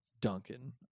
Duncan